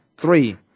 Three